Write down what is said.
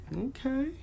Okay